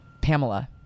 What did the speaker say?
Pamela